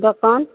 दोकान